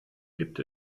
gibt